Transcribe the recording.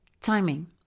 Timing